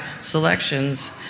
selections